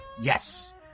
Yes